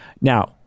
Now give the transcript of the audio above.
Now